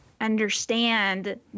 understand